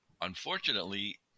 unfortunately